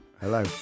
Hello